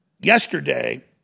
yesterday